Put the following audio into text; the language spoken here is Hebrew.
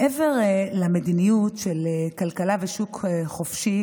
מעבר למדיניות של כלכלה ושוק חופשי,